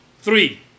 three